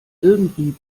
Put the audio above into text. irgendwie